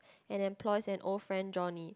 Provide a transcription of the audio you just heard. and employs an old friend Johnny